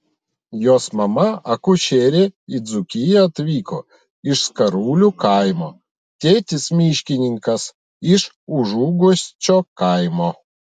jos mama akušerė į dzūkiją atvyko iš skarulių kaimo tėtis miškininkas iš užuguosčio kaimo